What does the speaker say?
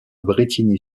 brétigny